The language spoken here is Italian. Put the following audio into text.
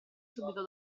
subito